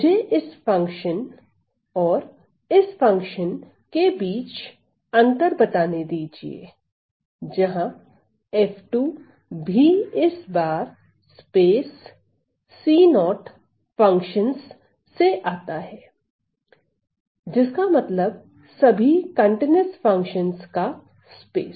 मुझे इस फंक्शन और इस फंक्शन के बीच अंतर बताने दीजिए जहां f2 भी इस बार स्पेस C0 फंक्शनस से आता है जिसका मतलब सभी संतत फंक्शनस का स्पेस